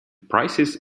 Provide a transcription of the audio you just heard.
prices